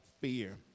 fear